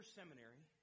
seminary